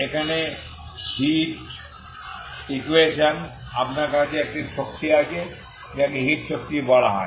এখানে একই heat equation আপনার কাছে একটি শক্তি আছে যাকে হিট শক্তি বলা হয়